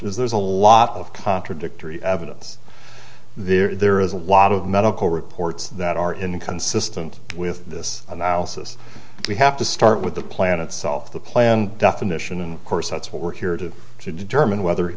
is there's a lot of contradictory evidence there is a lot of medical reports that are inconsistent with this analysis we have to start with the plan itself the plan definition and course that's what we're here to to determine whether